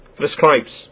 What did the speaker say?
prescribes